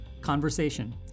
Conversation